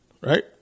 right